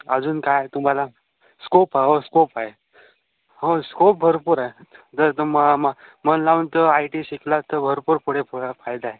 अजून काय तुम्हाला स्कोप हो स्कोप आहे हो स्कोप भरपूर आहे जर तुमा म मन लावून तर आय टी शिकला तर भरपूर पुढे फ फायदा आहे